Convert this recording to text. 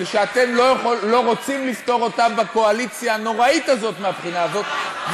שאתם לא רוצים לפתור אותה בקואליציה הנוראית הזאת מהבחינה הזאת,